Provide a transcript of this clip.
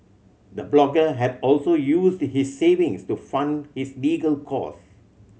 the blogger had also used his savings to fund his legal cost